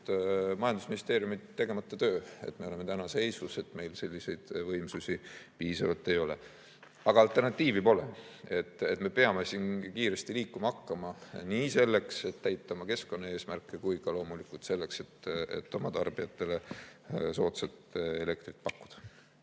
majandusministeeriumi tegemata töö, miks me oleme täna seisus, et meil selliseid võimsusi piisavalt ei ole. Aga alternatiivi pole, me peame kiiresti liikuma hakkama nii selleks, et täita oma keskkonnaeesmärke, kui ka loomulikult selleks, et oma tarbijatele soodsat elektrit pakkuda.